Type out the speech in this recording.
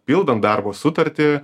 pildant darbo sutartį